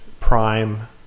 prime